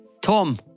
Tom